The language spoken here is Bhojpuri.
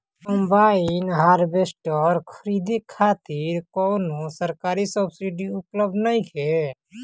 कंबाइन हार्वेस्टर खरीदे खातिर कउनो सरकारी सब्सीडी उपलब्ध नइखे?